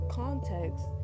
context